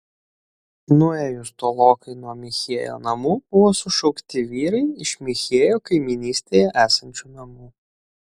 nuėjus tolokai nuo michėjo namų buvo sušaukti vyrai iš michėjo kaimynystėje esančių namų